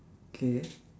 K